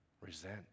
resent